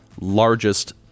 largest